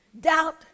doubt